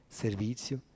servizio